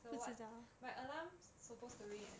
so what my alarm supposed to ring at